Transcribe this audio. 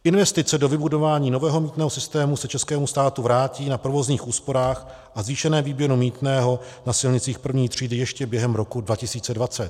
Investice do vybudování nového mýtného systému se českému státu vrátí na provozních úsporách a zvýšeném výběru mýtného na silnicích první třídy ještě během roku 2020.